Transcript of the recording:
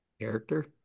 Character